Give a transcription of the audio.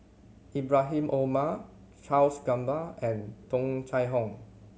Ibrahim Omar Charles Gamba and Tung Chye Hong